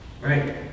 right